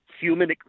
human